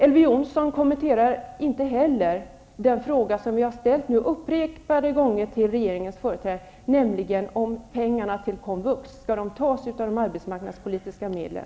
Elver Jonsson kommenterade inte heller den fråga som jag upprepade gånger har ställt till regeringens företrädare, nämligen om pengarna till komvux skall tas från de arbetsmarknadspolitiska medlen.